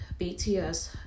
BTS